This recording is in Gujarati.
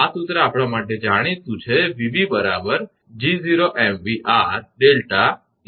આ સૂત્ર આપણા માટે જાણીતું છે 𝑉𝑣 𝐺0𝑚𝑣𝑟𝛿 1 0